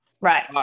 Right